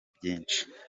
byinshi